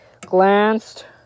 glanced